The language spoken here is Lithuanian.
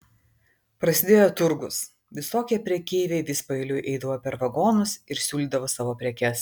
prasidėjo turgus visokie prekeiviai vis paeiliui eidavo per vagonus ir siūlydavo savo prekes